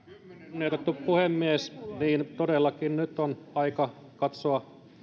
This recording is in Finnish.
kunnioitettu puhemies todellakin nyt on aika katsoa